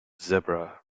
zebra